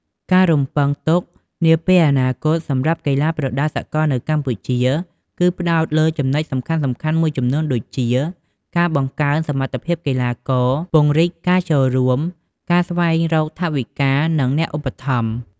ការរំពឹងទុកនាពេលអនាគតសម្រាប់កីឡាប្រដាល់សកលនៅកម្ពុជាគឺផ្តោតលើចំណុចសំខាន់ៗមួយចំនួនដូចជា ការបង្កើនសមត្ថភាពកីឡាករ ពង្រីកការចូលរួម ការស្វែងរកថវិកា និងអ្នកឧបត្ថម្ភ។